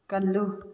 ꯀꯜꯂꯨ